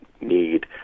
need